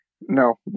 No